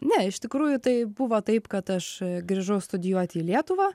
ne iš tikrųjų tai buvo taip kad aš grįžau studijuoti į lietuvą